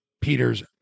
Peter's